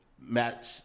Match